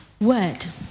Word